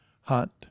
hunt